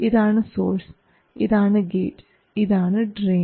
ഇതാണ് സോഴ്സ് ഇതാണ് ഗേറ്റ് ഇതാണ് ഡ്രയിൻ